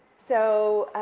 so.